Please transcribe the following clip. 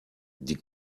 die